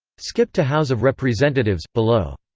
skip to house of representatives, below